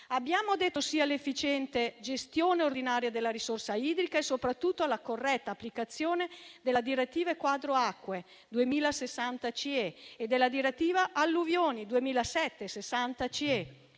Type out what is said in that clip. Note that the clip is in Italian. si punta sull'efficiente gestione ordinaria della risorsa idrica e soprattutto alla corretta applicazione della direttiva quadro acque 2000/60/CE e della direttiva alluvioni 2007/60/CE